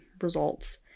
results